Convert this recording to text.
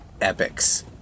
epics